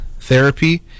therapy